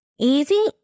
easy